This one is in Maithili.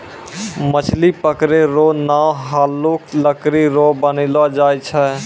मछली पकड़ै रो नांव हल्लुक लकड़ी रो बनैलो जाय छै